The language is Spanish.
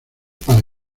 para